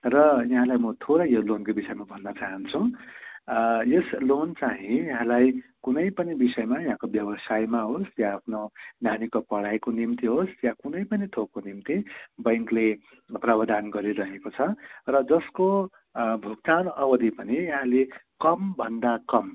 र यहाँलाई म थोरै यो लोनको विषयमा भन्न चाहन्छु यस लोन चाँहि यहाँलाई कुनै पनि विषयमा यहाँको व्यावसायमा होस् या आफ्नो नानीको पढाइको निम्ति होस् या कुनै पनि थोकको निम्ति ब्याङ्कले प्रावधान गरिरहेको छ र जसको भुक्तान अवधि पनि यहाँले कमभन्दा कम